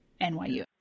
NYU